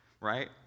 right